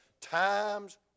times